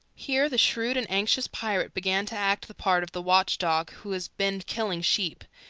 here the shrewd and anxious pirate began to act the part of the watch dog who has been killing sheep.